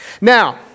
Now